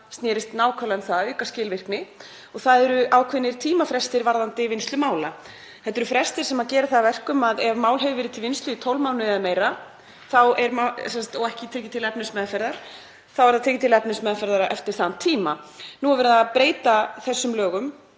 snerist nákvæmlega um það að auka skilvirkni og það eru ákveðnir tímafrestir varðandi vinnslu mála. Þetta eru frestir sem gera það að verkum að ef mál hefur verið til vinnslu í 12 mánuði eða meira og ekki tekið til efnismeðferðar þá er það tekið til efnismeðferðar eftir þann tíma. Nú er verið að breyta þessum lögum